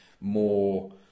more